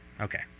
Okay